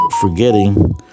forgetting